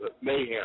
mayhem